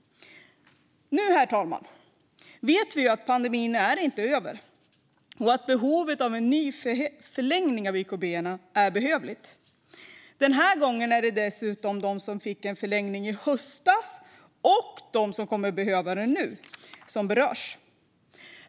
Nu, herr talman, vet vi att pandemin inte är över och att en ny förlängning av YKB är behövlig. Den här gången är det dessutom de som fick en förlängning i höstas och de som kommer att behöva det nu som berörs.